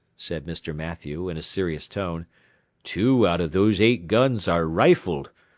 said mr. mathew, in a serious tone two out of those eight guns are rifled,